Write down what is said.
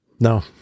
no